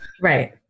Right